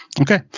Okay